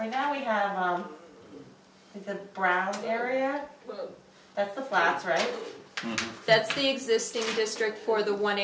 right now we have the brown area of the flats right that's the existing district for the one